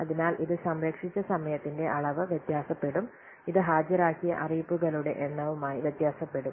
അതിനാൽ ഇത് സംരക്ഷിച്ച സമയത്തിന്റെ അളവ് വ്യത്യാസപ്പെടും ഇത് ഹാജരാക്കിയ അറിയിപ്പുകളുടെ എണ്ണവുമായി വ്യത്യാസപ്പെടും